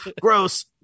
Gross